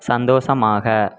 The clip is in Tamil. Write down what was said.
சந்தோசமாக